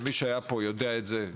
ומי שהיה פה יודע את זה,